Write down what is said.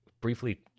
briefly